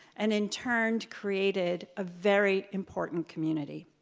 and in turn created a very important community.